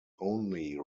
only